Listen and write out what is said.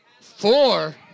Four